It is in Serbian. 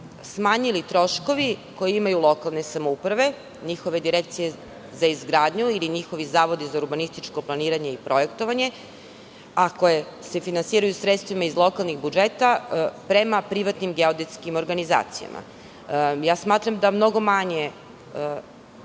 smanjili troškovi koje imaju lokalne samouprave, njihove direkcije za izgradnju ili njihovi zavodi za urbanističko planiranje i projektovanje, a koje se finansiraju sredstvima iz lokalnih budžeta, prema privatnim geodetskim organizacijama. Smatram i sigurna sam da mnogo manje